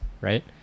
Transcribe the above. Right